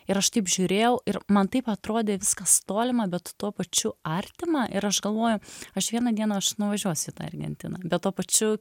ir aš taip žiūrėjau ir man taip atrodė viskas tolima bet tuo pačiu artima ir aš galvoju aš vieną dieną aš nuvažiuosiu į tą argentiną bet tuo pačiu